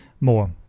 more